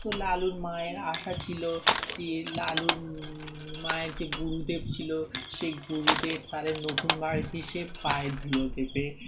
তো লালুর মায়ের আশা ছিল যে লালুর মায়ের যে গুরুদেব ছিল সেই গুরুদেব তাদের নতুন বাড়িতে সে পায়ে ধুলো দেবে